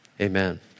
amen